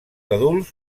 adults